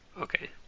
Okay